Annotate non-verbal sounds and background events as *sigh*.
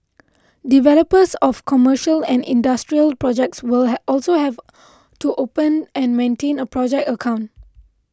developers of commercial and industrial projects will *hesitation* also have to open and maintain a project account